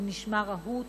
הוא נשמע רהוט,